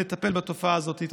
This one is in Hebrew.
לטפל בתופעה הזאת.